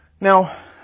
Now